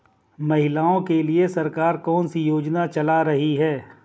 महिलाओं के लिए सरकार कौन सी योजनाएं चला रही है?